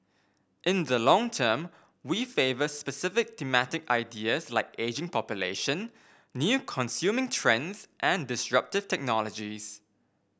in the long term we favour specific thematic ideas like ageing population new consuming trends and disruptive technologies